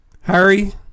Harry